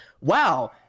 wow